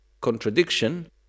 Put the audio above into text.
contradiction